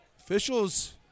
Officials